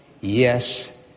Yes